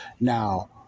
now